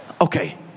okay